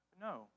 No